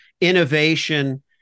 innovation